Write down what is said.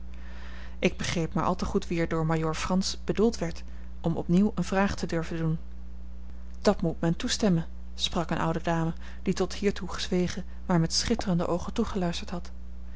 ik begreep maar al te goed wie er door majoor frans bedoeld werd om opnieuw eene vraag te durven doen dat moet men toestemmen sprak eene oude dame die tot hiertoe gezwegen maar met schitterende oogen toegeluisterd had